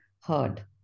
heard